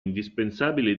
indispensabili